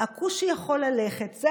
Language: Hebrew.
הכושי יכול ללכת".